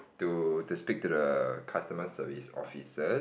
to to speak to the customer service officers